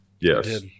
Yes